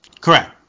Correct